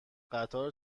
قطار